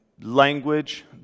language